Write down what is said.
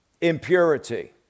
impurity